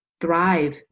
thrive